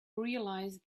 realise